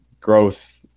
growth